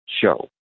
show